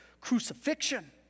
crucifixion